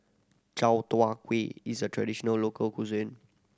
Chai Tow Kuay is a traditional local cuisine